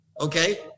okay